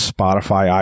Spotify